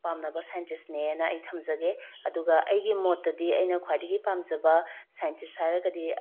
ꯄꯥꯝꯅꯕ ꯁꯥꯏꯟꯇꯤꯁꯅꯦꯅ ꯑꯩ ꯊꯝꯖꯒꯦ ꯑꯗꯨꯒ ꯑꯩꯒꯤ ꯃꯣꯠꯇꯗꯤ ꯑꯩꯅ ꯈ꯭ꯋꯥꯏꯗꯒꯤ ꯄꯥꯝꯖꯕ ꯁꯥꯏꯟꯇꯤꯁ ꯍꯥꯏꯔꯒꯗꯤ